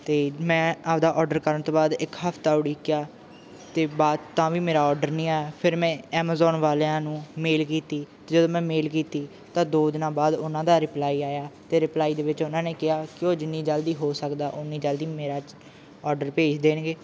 ਅਤੇ ਮੈਂ ਆਪਣਾ ਔਡਰ ਕਰਨ ਤੋਂ ਬਾਅਦ ਇੱਕ ਹਫ਼ਤਾ ਉਡੀਕਿਆ ਅਤੇ ਬਾਅਦ ਤਾਂ ਵੀ ਮੇਰਾ ਔਡਰ ਨਹੀਂ ਆਇਆ ਫਿਰ ਮੈਂ ਐਮਾਜ਼ੋਨ ਵਾਲਿਆਂ ਨੂੰ ਮੇਲ ਕੀਤੀ ਅਤੇ ਜਦੋਂ ਮੈਂ ਮੇਲ ਕੀਤੀ ਤਾਂ ਦੋ ਦਿਨਾਂ ਬਾਅਦ ਉਹਨਾਂ ਦਾ ਰਿਪਲਾਈ ਆਇਆ ਅਤੇ ਰਿਪਲਾਈ ਦੇ ਵਿੱਚ ਉਹਨਾਂ ਨੇ ਕਿਹਾ ਕਿ ਉਹ ਜਿੰਨੀ ਜਲਦੀ ਹੋ ਸਕਦਾ ਉਨੀ ਜਲਦੀ ਮੇਰਾ ਔਡਰ ਭੇਜ ਦੇਣਗੇ